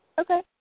Okay